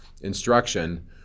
instruction